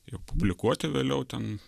ir publikuoti vėliau ten